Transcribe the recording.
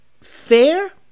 fair